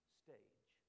stage